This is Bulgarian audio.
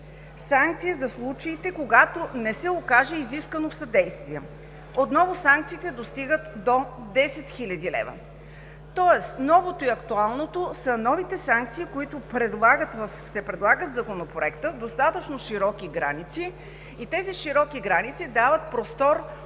Санкции за случаите, когато не се окаже изискано съдействие – отново санкциите достигат до 10 хил. лв. Тоест новото и актуалното са санкциите, които се предлагат в Законопроекта в достатъчно широки граници, и тези широки граници дават простор